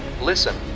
Listen